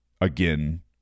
again